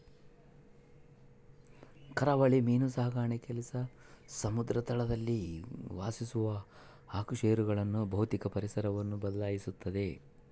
ಕರಾವಳಿ ಮೀನು ಸಾಕಾಣಿಕೆಲಾಸಿ ಸಮುದ್ರ ತಳದಲ್ಲಿ ವಾಸಿಸುವ ಅಕಶೇರುಕಗಳ ಭೌತಿಕ ಪರಿಸರವನ್ನು ಬದ್ಲಾಯಿಸ್ತತೆ